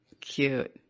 Cute